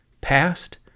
past